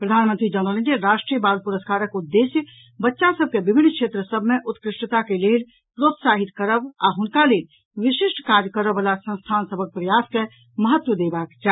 प्रधानमंत्री जनौलनि जे राष्ट्रीय बाल पुरस्कारक उद्देश्य बच्चा सभ के विभिन्न क्षेत्र सभ मे उत्कृष्ता के लेल प्रोत्साहित करब आ हुनका लेल विशिष्ट काज करयवला संस्थान सभक प्रयास के महत्व देबाक अछि